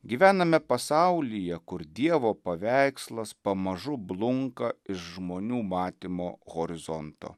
gyvename pasaulyje kur dievo paveikslas pamažu blunka iš žmonių matymo horizonto